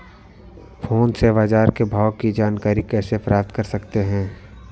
Phone से बाजार के भाव की जानकारी कैसे प्राप्त कर सकते हैं?